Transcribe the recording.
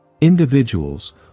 Individuals